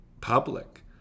public